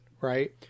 right